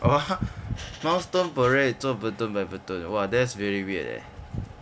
!wah! milestone parade 做 platoon by platoon !wah! that's very weird leh